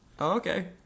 Okay